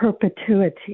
perpetuity